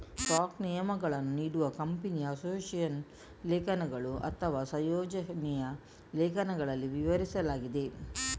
ಸ್ಟಾಕ್ನ ನಿಯಮಗಳನ್ನು ನೀಡುವ ಕಂಪನಿಯ ಅಸೋಸಿಯೇಷನ್ ಲೇಖನಗಳು ಅಥವಾ ಸಂಯೋಜನೆಯ ಲೇಖನಗಳಲ್ಲಿ ವಿವರಿಸಲಾಗಿದೆ